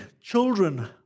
children